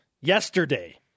yesterday